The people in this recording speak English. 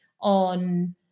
on